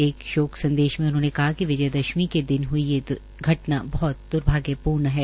एक शोक संदेश में उन्होंने कहा कि विजयादशमी के दिन हई ये घटना बहत द्र्भाग्यपूर्ण है